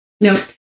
no